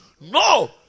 no